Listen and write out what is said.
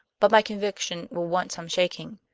but my conviction will want some shaking.